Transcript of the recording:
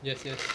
yes yes